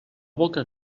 boca